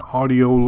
audio